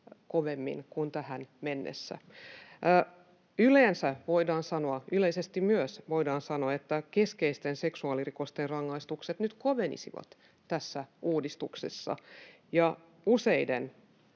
kovemmin kuin tähän mennessä. Yleisesti myös voidaan sanoa, että keskeisten seksuaalirikosten rangaistukset nyt kovenisivat tässä uudistuksessa ja useiden